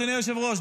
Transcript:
אדוני היושב-ראש,